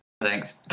Thanks